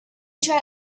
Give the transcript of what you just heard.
tried